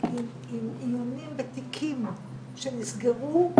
עם עיון בתיקים שנסגרו,